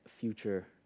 future